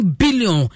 billion